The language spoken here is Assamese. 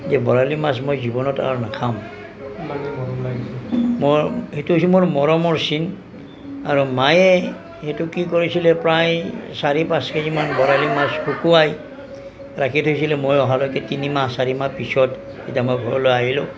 যে বৰালি মাছ মই জীৱনত আৰু নাখাওঁ মই সেইটো হৈছে মোৰ মৰমৰ চিন আৰু মায়ে সেইটো কি কৰিছিলে প্ৰায় চাৰি পাঁচ কেজিমান বৰালি মাছ শুকুৱাই ৰাখি থৈছিলে মই অহালৈকে তিনিমাহ চাৰিমাহ পিছত যেতিয়া মই ঘৰলৈ আহিলো